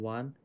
One